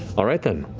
all right, then.